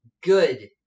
good